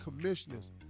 commissioners